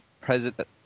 president